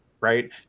right